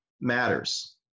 matters